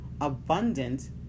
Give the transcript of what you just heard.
abundant